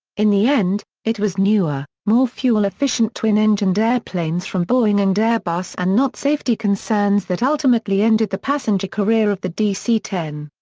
in the end, it was newer, more fuel-efficient twin-engined airplanes from boeing and airbus and not safety concerns that ultimately ended the passenger career of the dc ten.